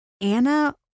Anna